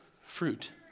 fruit